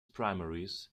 primaries